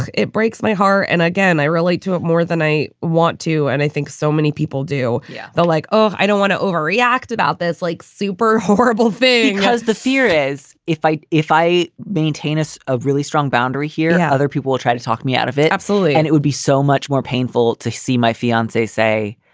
it breaks my heart. and again, i relate to it more than i want to. and i think so many people do yeah that like, oh, i don't want to overreact about this, like super horrible thing, because the fear is if i if i maintain is a really strong boundary here, how other people try to talk me out of it. absolutely. and it would be so much. more painful to see my fiancee say.